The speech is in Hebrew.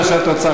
המדינה שלנו.